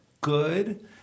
good